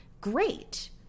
great